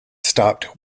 stopped